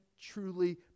truly